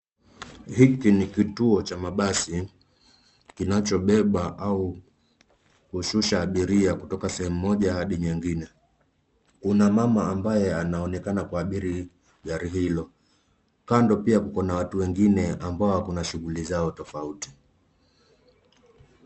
Hiki ni kituo cha mabasi kinacho beba au kushusha abiria kutoka sehemu moja hadi nyingine. Kuna mama ambaye anaonekana kuabiri gari Hilo . Kando pia kuko na watu wengine ambao wako na shughuli zao tofauti.